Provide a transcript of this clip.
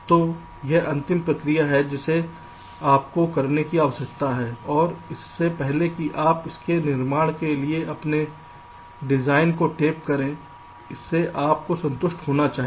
तो यह अंतिम प्रक्रिया है जिसे आपको करने की आवश्यकता है और इससे पहले कि आप इसके निर्माण के लिए अपने डिजाइन को टेप करें इससे आपको संतुष्ट होना चाहिए